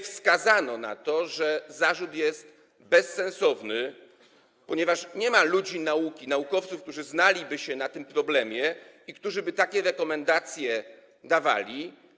Wskazano na to, że zarzut jest bezsensowny, ponieważ nie ma ludzi nauki, naukowców, którzy znaliby się na tym problemie i którzy by takie rekomendacje dawali.